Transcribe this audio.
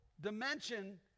dimension